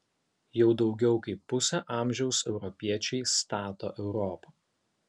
jau daugiau kaip pusę amžiaus europiečiai stato europą